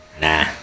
Nah